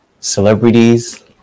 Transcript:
Celebrities